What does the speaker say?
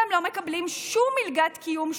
והם לא מקבלים שום מלגת קיום,